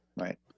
Right